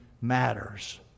matters